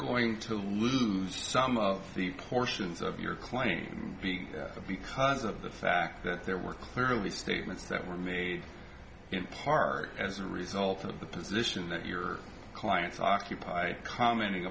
going to lose some of the portions of your claim because of the fact that there were clearly statements that were made in part as a result of the position that your clients occupy commenting